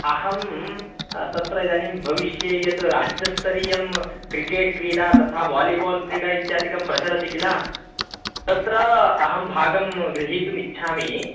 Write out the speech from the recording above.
अहं तत्र इदानीं भविष्ये यत् राज्यस्तरीयं क्रिकेट् क्रीडा तथा वालिबोल् क्रीडा इत्यादिकं प्रचलति किल तत्र अहं भागं ग्रहीतुमिच्छामि